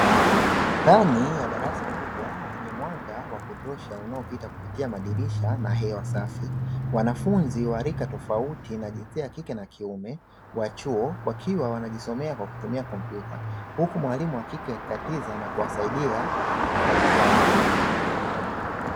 Ndani ya darasa kubwa lenye mwanga wa kutosha unaopita kupitia madirisha na hewa safi, wanafunzi wa rika tofauti wa jinsia ya kike na kiume wa chuo. Wakiwa wanajisomea kwa kutumia kompyuta. Huku mwalimu wa kike akikatiza na kuwasaidia kazi zao.